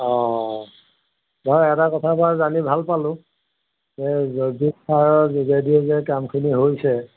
অঁ মই এটা কথা বাৰু জানি ভাল পালোঁ যে জৈৱিক সাৰৰ যোগেদি যে কামখিনি হৈছে